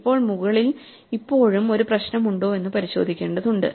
ഇപ്പോൾ മുകളിൽ ഇപ്പോഴും ഒരു പ്രശ്നമുണ്ടോ എന്ന് പരിശോധിക്കേണ്ടതുണ്ട്